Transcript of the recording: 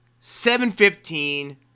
7-15